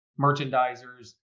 merchandisers